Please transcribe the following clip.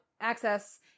access